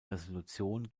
resolution